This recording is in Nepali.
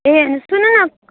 ए सुन्नु न